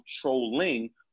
trolling